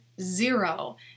zero